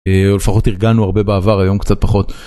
לפחות ארגנו הרבה בעבר היום קצת פחות.